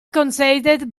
conceived